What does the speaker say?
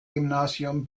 gymnasium